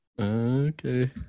Okay